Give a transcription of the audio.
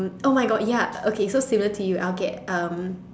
!oh-my-God! ya okay so similar to you I'll get um